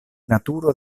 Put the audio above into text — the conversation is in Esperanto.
naturo